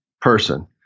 person